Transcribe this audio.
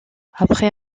après